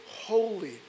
holy